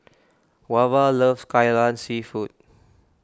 Wava loves Kai Lan Seafood